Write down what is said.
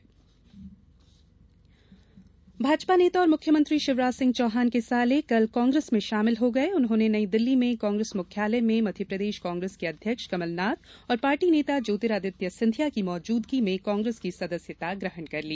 प्रत्याशी संग्राम कल भारतीय जनता पार्टी के नेता और मुख्यमंत्री शिवराज सिंह चौहान के साले कांग्रेस में शामिल हो गये उन्होंने नई दिल्ली में कांग्रेस मुख्यालय में मध्यप्रदेश कांग्रेस के अध्यक्ष कमलनाथ और पार्टी नेता ज्योतिरादित्य सिंधिया की मौजूदगी में कांग्रेस की सदस्यता ग्रहण कर ली